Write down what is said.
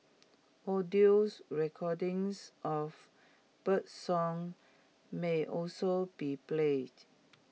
audios recordings of birdsong may also be played